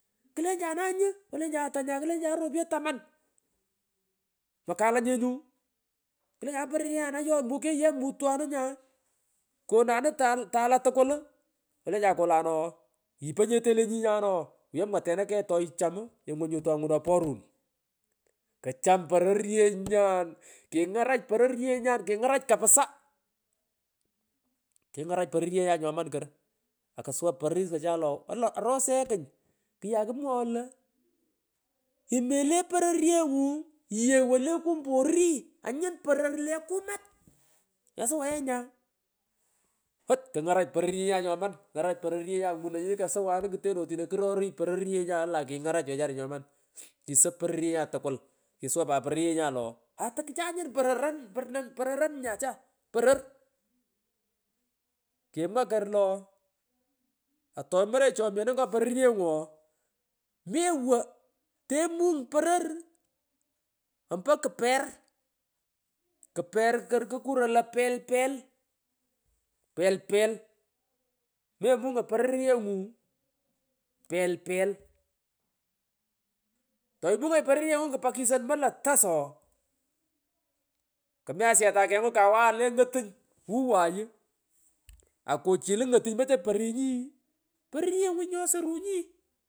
Klenjanu anyu olenjan ata nya klenjanu ropuyo tamari mmh makahnye nyu klenjanun pororyenyan ayo mukenyi ye mutwanun nya konanum talan tukul olenjan kolanoo ipo nyete le nyinyan ooh louyo mwatena kegh toicham ingun nyo tangun an porun keham pororyenyan kingarach pororyenyan kingarach kapsa kumung kngarach pororyenyan nyoman ko akusuwa pororis kochan lo ooh arose koy kyay kumwaghoy lo imele porokyengu yew wolu le kumpo ori anyun poror le kumat kesuwa ye nya ouch knyarach pororyenyan nyoman ngarach pororyenyan ngunoy nyini kasuwanon ooh mewo tetemung poror ompo kper kumung kper kor kukuroy lo pelpel naemungo pororyengu pel pel atoimungonyi pororyengu kpa kisori mot lo tas ooh kmi asuyech takengun kawaghan le ngotuny wuway ooh! Atuchilu ngotuny yoroy porunyi ii pororyengu nyosorunyi.